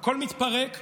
הכול מתפרק,